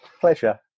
Pleasure